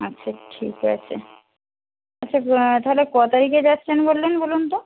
আচ্ছা ঠিক আছে আচ্ছা তাহলে ক তারিখে যাচ্ছেন বললেন বলুন তো